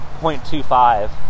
0.25